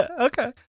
Okay